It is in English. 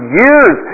years